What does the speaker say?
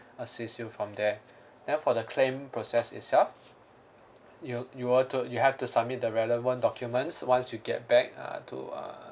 assist you from there then for the claim process itself you you were to you have to submit the relevant documents once you get back uh to uh